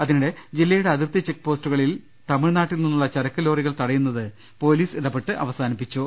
അതിനിടെ ജില്ലയുടെ അതിർത്തി ചെക്ക് പോസ്റ്റുകളിൽ തമിഴ്നാട്ടിൽ നിന്നുള്ള ചരക്കു ലോറികൾ തടയുന്നത് പോലീസിടപെട്ട് അവസാനിപ്പിച്ചു